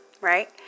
right